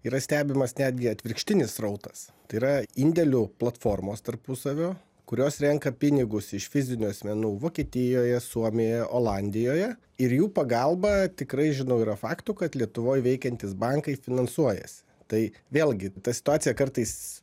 yra stebimas netgi atvirkštinis srautas tai yra indėlių platformos tarpusavio kurios renka pinigus iš fizinių asmenų vokietijoje suomijoje olandijoje ir jų pagalba tikrai žinau yra faktų kad lietuvoj veikiantys bankai finansuojasi tai vėlgi ta situacija kartais